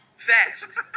Fast